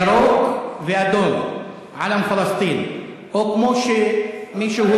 ירוק ואדום, עלם פלסטין, או כמו שמישהו,